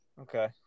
Okay